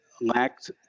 lacked